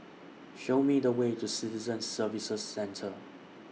Show Me The Way to Citizen Services Centre